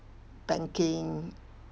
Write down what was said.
banking